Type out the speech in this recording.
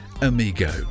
amigo